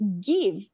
give